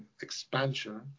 expansion